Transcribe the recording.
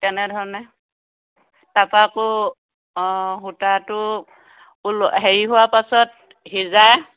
তেনেধৰণে তাৰপৰা আকৌ সূতাটো ওলো হেৰি হোৱা পিছত সিজাই